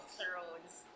Thrones